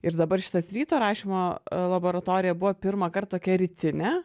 ir dabar šitas ryto rašymo laboratorija buvo pirmąkart tokia rytine